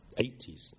80s